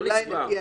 לא נספר.